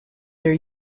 their